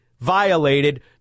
violated